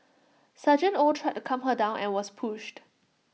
oh tried to calm her down and was pushed